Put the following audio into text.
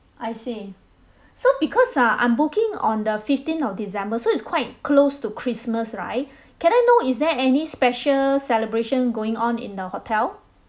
I see so because uh I'm booking on the fifteen of december so it's quite close to christmas right can I know is there any special celebration going on in the hotel